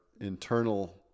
internal